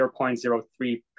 0.03%